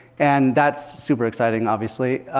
and that's super exciting, obviously.